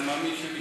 אבל אני מאמין שמי